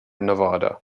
nevada